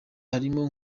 harimo